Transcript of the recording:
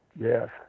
Yes